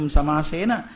Samasena